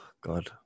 God